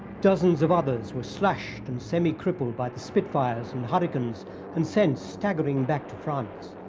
dozens of others were slashed and semi-crippled by the spitfires and hurricanes and sent staggering back to france.